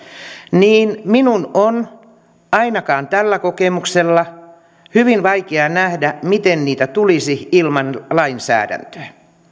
niin minun on ainakaan tällä kokemuksella hyvin vaikea nähdä miten niitä tulisi ilman lainsäädäntöä